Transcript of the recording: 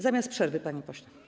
Zamiast przerwy, panie pośle.